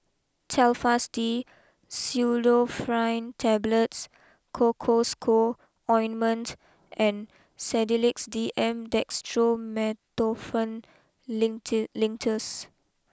Telfast D Pseudoephrine Tablets Cocois Co Ointment and Sedilix D M Dextromethorphan Linctus